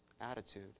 attitude